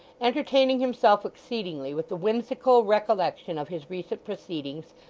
entertaining himself exceedingly with the whimsical recollection of his recent proceedings,